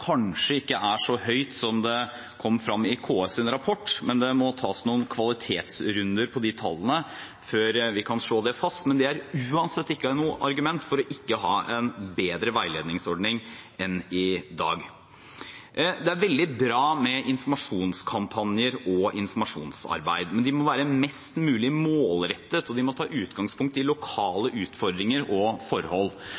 kanskje ikke er så høyt som det kom fram i KS’ rapport. Men det må tas noen kvalitetsrunder på de tallene før vi kan slå det fast. Det er uansett ikke noe argument for ikke å ha en bedre veiledningsordning enn i dag. Det er veldig bra med informasjonskampanjer og informasjonsarbeid, men de må være mest mulig målrettet, og de må ta utgangspunkt i